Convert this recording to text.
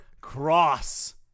cross